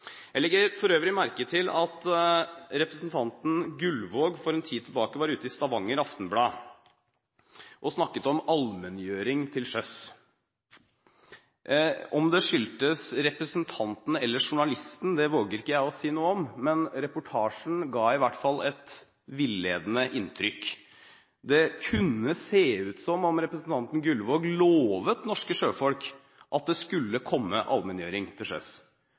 Jeg legger for øvrig merke til at representanten Gullvåg for en tid tilbake var ute i Stavanger Aftenblad og snakket om allmenngjøring til sjøs. Om det skyldtes representanten eller journalisten, våger ikke jeg å si noe om, men reportasjen ga i hvert fall et villedende inntrykk. Det kunne se ut som om representanten Gullvåg lovet norske sjøfolk at det skulle komme allmenngjøring til